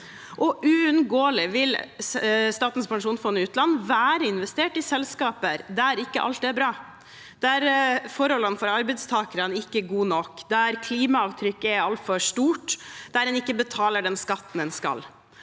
uunngåelig at Statens pensjonsfond utland vil være investert i selskaper der ikke alt er bra, der forholdene for arbeidstakerne ikke er gode nok, der klimaavtrykket er altfor stort, og der en ikke betaler den skatten en skal.